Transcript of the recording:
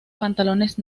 pantalones